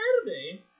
Saturday